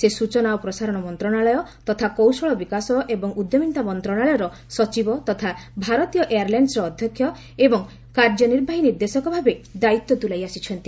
ସେ ସୂଚନା ଓ ପ୍ରସାରଣ ମନ୍ତ୍ରଣାଳୟ ତଥା କୌଶଳ ବିକାଶ ଏବଂ ଉଦ୍ୟମିତା ମନ୍ତ୍ରଣାଳୟର ସଚିବ ତଥା ଭାରତୀୟ ଏୟାରଲାଇନ୍ସର ଅଧ୍ୟକ୍ଷ ଏବଂ କାର୍ଯ୍ୟନିର୍ବାହୀ ନିର୍ଦ୍ଦେଶକ ଭାବେ ଦାୟିତ୍ୱ ତୁଲାଇ ଆସିଛନ୍ତି